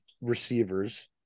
receivers